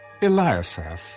Eliasaph